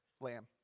Lamb